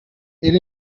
era